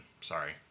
sorry